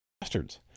Bastards